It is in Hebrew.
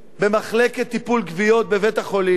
במחלקת טיפול בכוויות בבית-החולים,